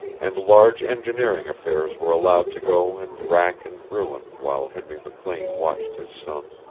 and large engineering affairs were allowed to go and rack and ruin while henry mclean watched his son.